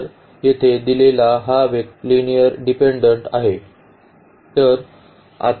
तर येथे दिलेला हा वेक्टर लिनिअर्ली डिपेन्डेन्ट आहे